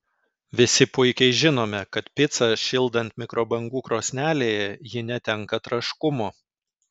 visi puikiai žinome kad picą šildant mikrobangų krosnelėje ji netenka traškumo